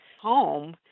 home